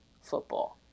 football